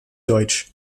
deutsch